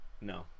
no